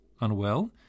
unwell